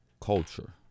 culture